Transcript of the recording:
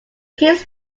kids